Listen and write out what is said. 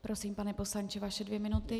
Prosím, pane poslanče, vaše dvě minuty.